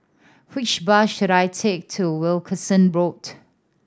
which bus should I take to Wilkinson Road